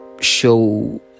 show